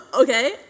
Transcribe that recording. Okay